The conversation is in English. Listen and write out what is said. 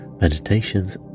meditations